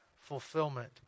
fulfillment